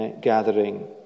gathering